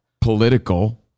political